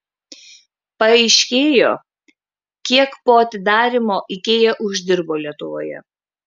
paaiškėjo kiek po atidarymo ikea uždirbo lietuvoje